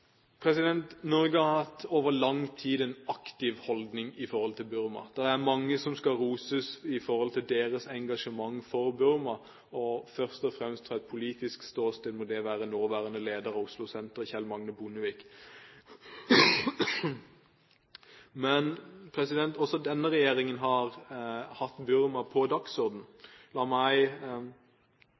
skal roses for sitt engasjement for Burma. Fra et politisk ståsted må det først og fremst være nåværende leder for Oslosenteret for fred og menneskerettigheter, Kjell Magne Bondevik. Men også denne regjeringen har hatt Burma på dagsordenen. La meg